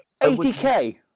80k